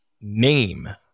name